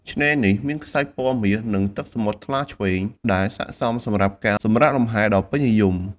ឆ្នេរនេះមានខ្សាច់ពណ៌មាស និងទឹកសមុទ្រថ្លាឆ្វេង ដែលស័ក្តិសមសម្រាប់ការសម្រាកលំហែដ៏ពេញនិយម។